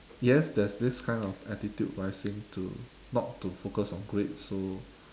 yes there's this kind of attitude rising to not to focus on grades so